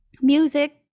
music